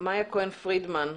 מיה כהן פרידמן,